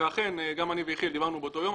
ואכן גם אני ויחיאל דיברנו באותו יום.